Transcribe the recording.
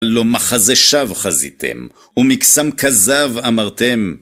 לא מחזה שאו חזיתם, ומיקסם כזב אמרתם